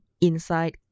inside